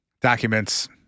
documents